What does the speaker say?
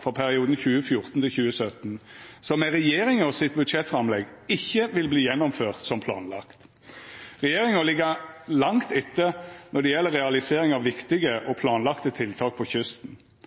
for gjeldande NTP for perioden 2014–2017, som med budsjettframlegget frå regjeringa ikkje vil verta gjennomført som planlagd. Regjeringa ligg langt etter når det gjeld realisering av viktige og planlagde tiltak på kysten,